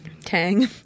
Tang